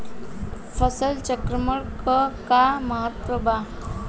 फसल चक्रण क का महत्त्व बा?